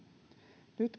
nyt